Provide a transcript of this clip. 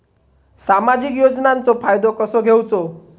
सामाजिक योजनांचो फायदो कसो घेवचो?